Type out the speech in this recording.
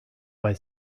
bei